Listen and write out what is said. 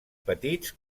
petits